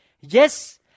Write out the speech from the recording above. Yes